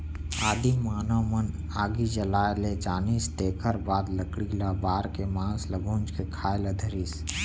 आदिम मानव मन आगी जलाए ले जानिस तेखर बाद लकड़ी ल बार के मांस ल भूंज के खाए ल धरिस